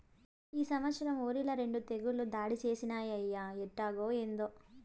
ఈ సంవత్సరం ఒరిల రెండు తెగుళ్ళు దాడి చేసినయ్యి ఎట్టాగో, ఏందో